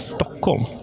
Stockholm